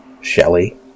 Shelley